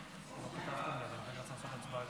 ההצעה להעביר את הצעת חוק